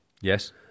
Yes